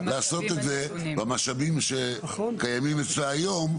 היא לא יכולה לעשות את זה במשאבים שקיימים אצלה היום,